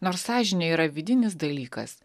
nors sąžinė yra vidinis dalykas